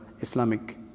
Islamic